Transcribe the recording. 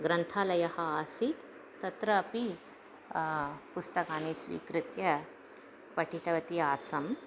ग्रन्थालयः आसीत् तत्रापि पुस्तकानि स्वीकृत्य पठितवती आसम्